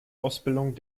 ausbildung